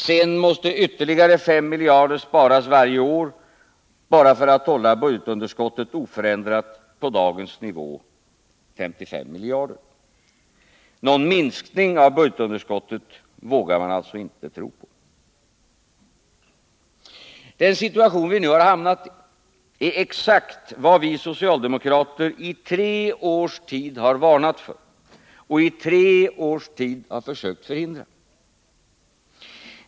Sedan måste ytterligare 5 miljarder sparas varje år bara för att hålla budgetunderskottet oförändrat på dagens nivå, 55 miljarder. Någon minskning av budgetunderskottet vågar man alltså inte tro på. Den situation vi nu har hamnat i är exakt vad vi socialdemokrater i tre års tid har varnat för och i tre års tid har försökt förhindra.